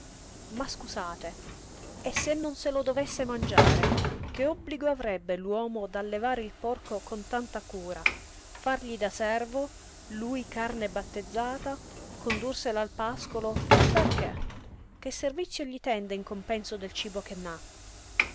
ma scusate e se non se lo dovesse mangiare che obbligo avrebbe l'uomo d'allevare il porco con tanta cura fargli da servo lui carne battezzata condurselo al pascolo perché che servizio gli tende in compenso del cibo che n'ha